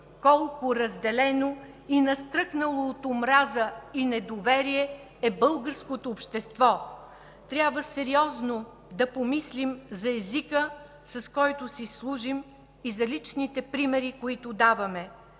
колко разделено и настръхнало от омраза и недоверие е българското общество. Трябва сериозно да помислим за езика, с който си служим, и за личните примери, които даваме.